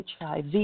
HIV